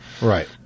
Right